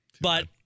But-